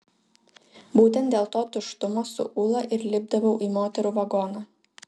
būtent dėl to tuštumo su ūla ir lipdavau į moterų vagoną